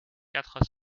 quatre